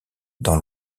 dans